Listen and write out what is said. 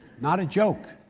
not a joke.